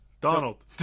Donald